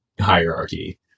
hierarchy